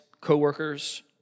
co-workers